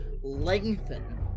lengthen